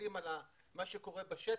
מסתכלים על מה שקורה בשטח,